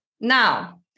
Now